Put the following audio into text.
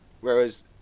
whereas